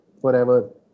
forever